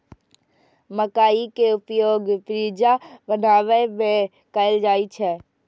मकइ के उपयोग पिज्जा बनाबै मे कैल जाइ छै